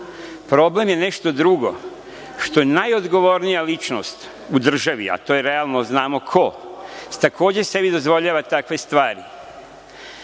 Problem je nešto drugo, što najodgovornija ličnost, a to je realno znamo ko, takođe sebi dozvoljava takve stvari.